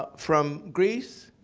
ah from greece,